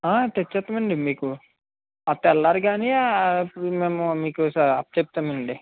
తెచ్చేస్తామండి మీకు ఆ తెల్లారికానీ మేము మీకు అప్పచెప్తామండి